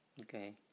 Okay